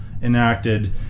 Enacted